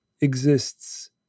exists